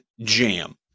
jam